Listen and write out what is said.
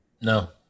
No